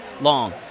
long